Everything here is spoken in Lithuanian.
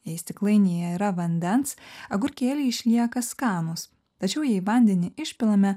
jei stiklainyje yra vandens agurkėliai išlieka skanūs tačiau jei vandenį išpilame